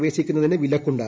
പ്രവേശിക്കുന്നതിന് വിലക്കുണ്ട്